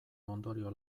ondorio